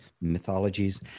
mythologies